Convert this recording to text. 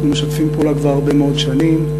אנחנו משתפים פעולה כבר הרבה מאוד שנים,